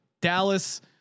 Dallas